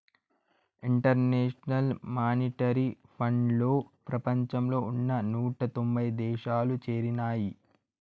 international monetary ఫండ్లో ప్రపంచంలో ఉన్న నూట తొంభై దేశాలు చేరినాయి